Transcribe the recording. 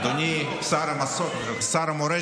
אדוני שר המורשת,